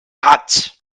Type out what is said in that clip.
hat